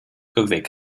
irrweg